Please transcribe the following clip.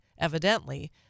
evidently